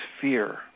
fear